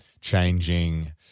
changing